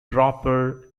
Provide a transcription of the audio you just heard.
proper